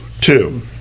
two